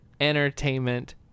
entertainment